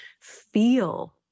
feel